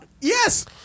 Yes